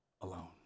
alone